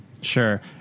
Sure